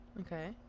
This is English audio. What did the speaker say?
Okay